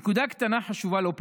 נקודה קטנה, חשובה לא פחות: